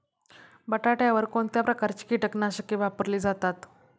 बटाट्यावर कोणत्या प्रकारची कीटकनाशके वापरली जातात?